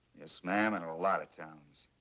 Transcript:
yes, ma'am. in a lot of towns.